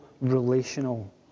relational